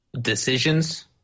decisions